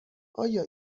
آیا